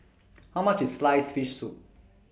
How much IS Sliced Fish Soup